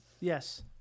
yes